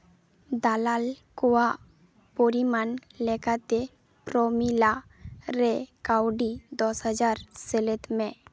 ᱫᱟᱞᱟᱞ ᱠᱚᱣᱟᱜ ᱯᱚᱨᱤᱢᱟᱱ ᱞᱮᱠᱟᱛᱮ ᱯᱨᱚᱢᱤᱞᱟ ᱨᱮ ᱠᱟᱹᱣᱰᱤ ᱫᱚᱥ ᱦᱟᱡᱟᱨ ᱥᱮᱞᱮᱫ ᱢᱮ